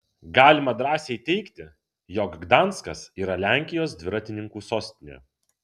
galima drąsiai teigti jog gdanskas yra lenkijos dviratininkų sostinė